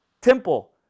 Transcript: temple